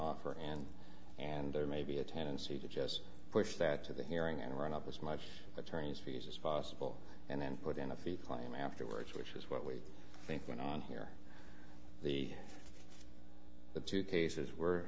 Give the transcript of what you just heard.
offer and and there may be a tendency to just push that to the hearing and run up as my attorney's fees as possible and then put in a fee claim afterwards which is what we think going on here the the two cases were